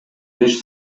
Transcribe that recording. беш